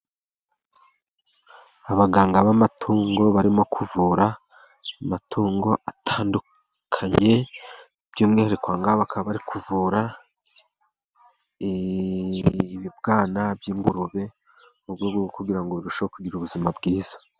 Abaganga b'amatungo barimo kuvura amatungo atandukanye, by'umwihariko ahangaha bakaba bari kuvura ibibwana by'ingurube, mu rwego rwo kugira ngo birusheho kugira ubuzima bwiza.